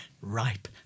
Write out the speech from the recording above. ripe